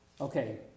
Okay